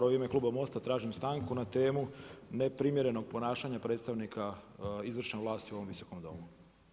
U ime kluba Most-a tražim stanku na temu neprimjernog ponašanja predstavnika izvršne vlasti u ovom Visokom domu.